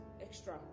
extra